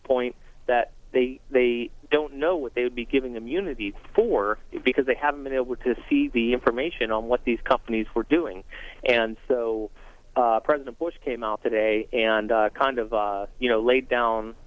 the point that they they don't know what they would be giving immunity for because they haven't been able to see the information on what these companies were doing and so president bush came out today and kind of you know laid down